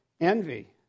envy